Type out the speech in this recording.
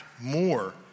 more